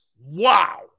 Wow